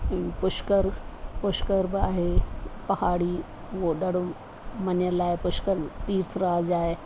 पुष्कर पुष्कर बि आहे पहाड़ी उहो ॾाढो मनियल आए पुष्कर तीर्थ राज आहे